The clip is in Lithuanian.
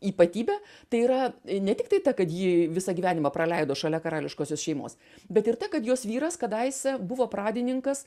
ypatybe tai yra ne tiktai ta kad ji visą gyvenimą praleido šalia karališkosios šeimos bet ir ta kad jos vyras kadaise buvo pradininkas